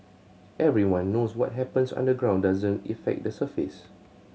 everyone knows what happens underground doesn't effect the surface